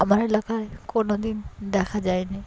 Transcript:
আমার এলাকায় কোনো দিন দেখা যায়নি